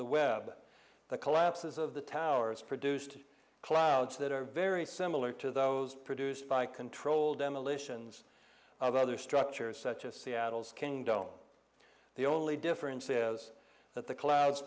the web the collapses of the towers produced clouds that are very similar to those produced by controlled demolitions of other structures such as seattle's kendo the only difference is that the clouds